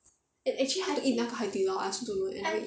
eh actually how to eat 那个海底捞 I also don't know leh